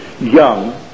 young